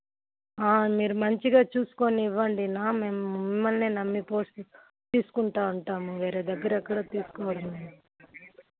మీరు మంచిగా చూసుకుని ఇవ్వండి అన్నా మేము మిమ్మల్నే నమ్మి పోసి తీసుకుంటూ ఉంటాము వేరే దగ్గర ఎక్కడ తీసుకోము